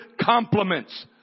compliments